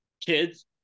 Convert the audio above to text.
kids